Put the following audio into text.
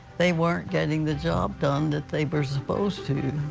they weren't getting the job done that they were supposed to.